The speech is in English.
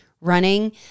running